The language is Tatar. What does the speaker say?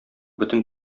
бөтен